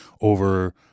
over